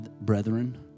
brethren